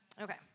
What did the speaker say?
Okay